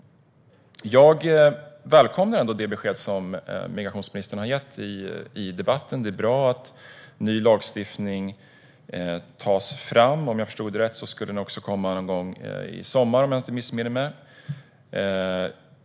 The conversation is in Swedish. Jag välkomnar ändå det besked som migrationsministern har gett i debatten. Det är bra att ny lagstiftning tas fram. Om jag förstod det rätt skulle den komma någon gång i sommar.